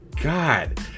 god